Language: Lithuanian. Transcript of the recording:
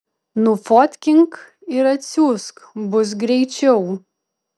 nufotkink ir atsiųsk bus greičiau